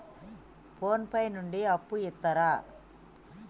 Phone pay నుండి అప్పు ఇత్తరా?